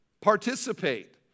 Participate